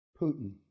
Putin